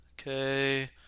Okay